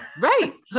right